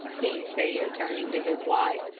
he said, turning to his wife,